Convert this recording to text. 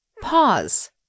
Pause